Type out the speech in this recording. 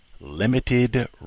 limited